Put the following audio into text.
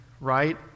right